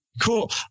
Cool